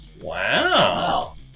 Wow